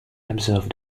observed